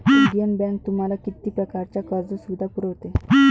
Indian bank तुम्हाला किती प्रकारच्या कर्ज सुविधा पुरवते?